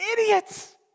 Idiots